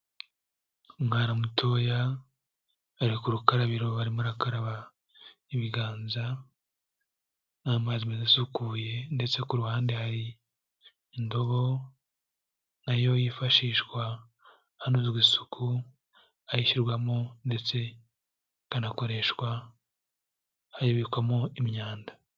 Umwana mutoya, ari ku rukarabiro arimo arakaraba ibiganza n'amazi meza asukuye ndetse ku ruhande hari indobo na yo yifashishwa hanozwa isuku, aho ishyirwamo ndetse ikananakoreshwa, aho ibikwamo imyanda.